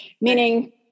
meaning